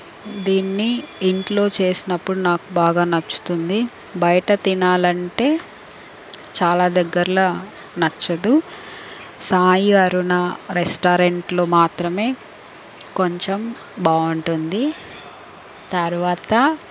దీన్ని ఇంట్లో చేసినప్పుడు నాకు బాగా నచ్చుతుంది బయట తినాలి అంటే చాలా దగ్గరలో నచ్చదు సాయి అరుణ రెస్టారెంట్లో మాత్రమే కొంచెం బాగుంటుంది తర్వాత